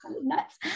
nuts